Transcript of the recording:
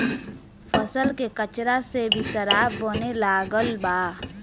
फसल के कचरा से भी शराब बने लागल बा